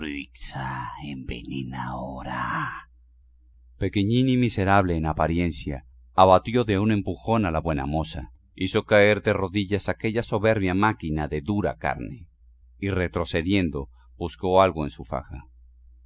bruixa envenenaora pequeñín y miserable en apariencia abatió de un empujón a la buena moza hizo caer de rodillas aquella soberbia máquina de dura carne y retrocediendo buscó algo en su faja